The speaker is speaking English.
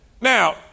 Now